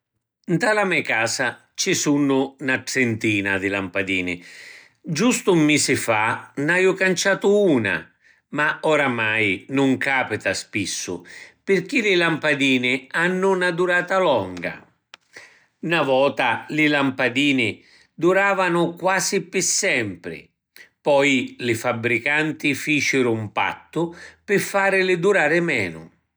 Nta la me casa ci sunnu na trintina di lampadini. Giustu ‘n misi fa n’aju canciatu una, ma oramai nun capita spissu pirchì li lampadini hannu na durata longa. Na vota li lampadini duravanu quasi pi sempri. Poi li fabbricanti ficiru ‘n pattu pi farili durari menu.